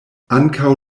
ankaŭ